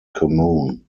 commune